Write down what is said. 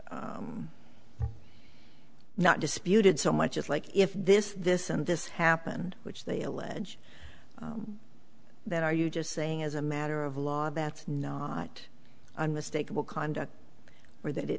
is not disputed so much it's like if this this and this happened which they allege that are you just saying as a matter of law that's not a mistake it will conduct or that it